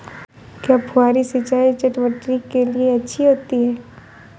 क्या फुहारी सिंचाई चटवटरी के लिए अच्छी होती है?